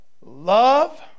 Love